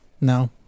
no